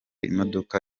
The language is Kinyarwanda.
imodoka